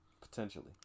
Potentially